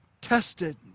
tested